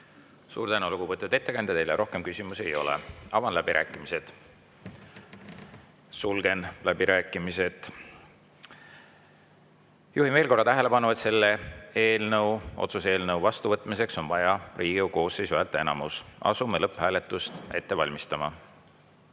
Suur tänu, lugupeetud ettekandja! Teile rohkem küsimusi ei ole. Avan läbirääkimised. Sulgen läbirääkimised. Juhin veel kord tähelepanu, et selle otsuse eelnõu vastuvõtmiseks on vaja Riigikogu koosseisu häälteenamust. Asume lõpphääletust ette valmistama.